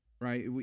Right